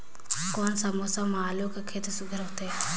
कोन सा मौसम म आलू कर खेती सुघ्घर होथे?